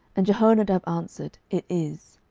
and jehonadab answered, it is.